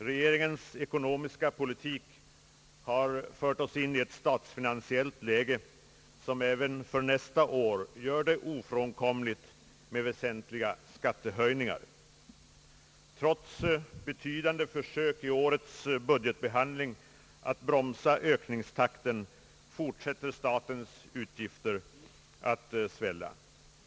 Regeringens ekonomiska politik har fört oss in i ett statsfinansiellt läge som även för nästa år gör det ofrånkomligt med väsentliga skattehöjningar. Trots betydande försök i årets hudgetbehandling att bromsa ökningstakten fortsätter statens utgifter att öka.